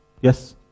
Yes